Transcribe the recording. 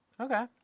Okay